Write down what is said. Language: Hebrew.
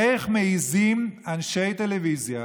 איך מעיזים אנשי טלוויזיה,